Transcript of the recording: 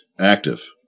active